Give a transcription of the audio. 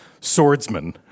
swordsman